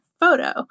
photo